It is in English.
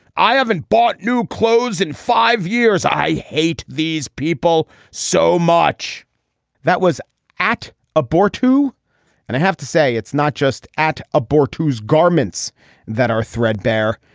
i haven't bought new clothes in five years. i hate these people so much that was at a bar too and i have to say it's not just at a board whose garments that are threadbare.